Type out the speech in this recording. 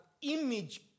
image